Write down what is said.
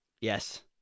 Yes